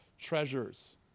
Treasures